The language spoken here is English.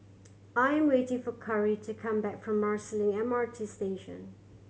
I am waiting for Kari to come back from Marsiling M R T Station